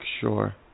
sure